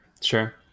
Sure